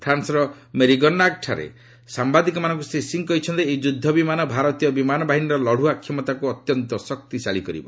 ଫ୍ରାନ୍ୱର ମେରିଗ୍ନାଗଠାରେ ସାମ୍ଭାଦିକମାନଙ୍କୁ ଶ୍ରୀ ସିଂହ କହିଛନ୍ତି ଏହି ଯୁଦ୍ଧବିମାନ ଭାରତୀୟ ବିମାନବାହିନୀର ଲତୁଆ କ୍ଷମତାକୁ ଅତ୍ୟନ୍ତ ଶକ୍ତିଶାଳୀ କରିବ